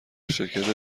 شرکت